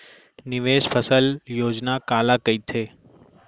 निवेश योजना काला कहिथे?